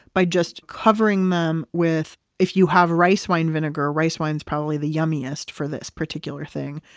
by just covering them with if you have rice wine vinegar, rice wine is probably the yummiest for this particular thing.